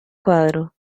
cuadro